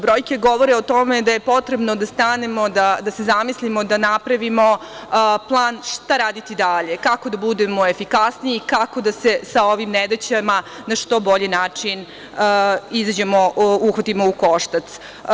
Brojke govore o tome da je potrebno da stanemo i da se zamislimo, da napravimo plan šta raditi dalje, kako da budemo efikasniji, kako da se sa ovim nedaćama na što bolji način uhvatimo u koštac.